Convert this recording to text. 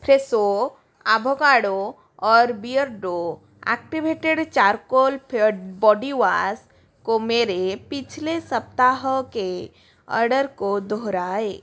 Fresho avocado और Beardo activated charcoal fair body wash को मेरे पिछले सप्ताह के आर्डर को दोहराएँ